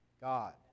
God